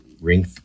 ring